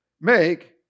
make